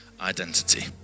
identity